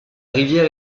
rivière